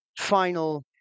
final